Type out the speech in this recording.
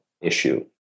issue